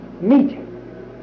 Meeting